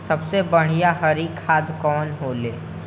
सबसे बढ़िया हरी खाद कवन होले?